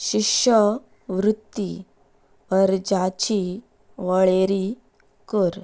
शिश्यवृत्ती अर्जाची वळेरी कर